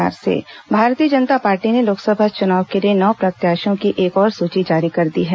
भाजपा सूची भारतीय जनता पार्टी ने लोकसभा चुनाव के लिए नौ प्रत्याशियों की एक और सूची जारी कर दी है